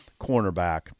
cornerback